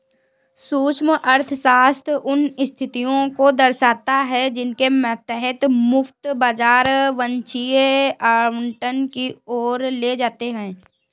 सूक्ष्म अर्थशास्त्र उन स्थितियों को दर्शाता है जिनके तहत मुक्त बाजार वांछनीय आवंटन की ओर ले जाते हैं